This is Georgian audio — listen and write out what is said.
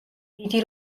დიდი